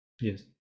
Yes